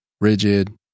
rigid